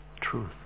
truth